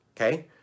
Okay